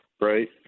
right